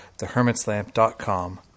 thehermitslamp.com